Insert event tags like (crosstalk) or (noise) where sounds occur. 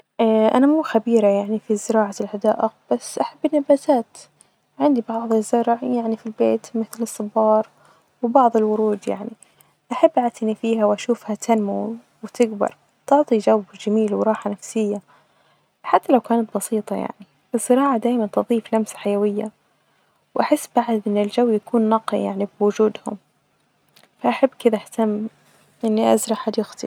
أ (hesitation) أنا مو خبيرة يعني في زراعة الحدائق، بس أحب النباتات عندي بعظ الزرع يعني في البيت ،مثل الصبار وبعض الورود يعني أحب اعتني فيها واشوفها تنمو وتكبر ،تعطي جو جميل وراحة نفسية حتى لو كانت بسيطة يعني الزراعة دايما تظيف لمسة حيوية ،وأحس بعد إن الجو يكون نقي يعني بوجودهم وأحب كده أهتم اني أزرع حديقتي.